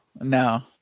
no